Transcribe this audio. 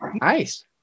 Nice